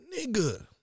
Nigga